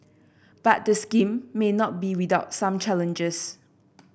but the scheme may not be without some challenges